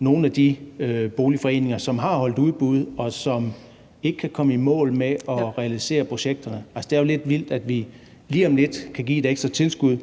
nogle af de boligforeninger, som har holdt udbud, og som ikke kan komme i mål med at realisere projekterne. Altså, det er jo lidt vildt, at vi lige om lidt kan give et ekstra tilskud